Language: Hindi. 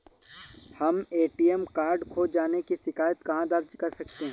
हम ए.टी.एम कार्ड खो जाने की शिकायत कहाँ दर्ज कर सकते हैं?